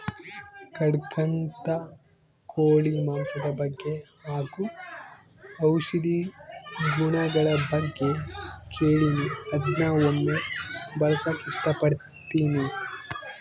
ಕಡಖ್ನಾಥ್ ಕೋಳಿ ಮಾಂಸದ ಬಗ್ಗೆ ಹಾಗು ಔಷಧಿ ಗುಣಗಳ ಬಗ್ಗೆ ಕೇಳಿನಿ ಅದ್ನ ಒಮ್ಮೆ ಬಳಸಕ ಇಷ್ಟಪಡ್ತಿನಿ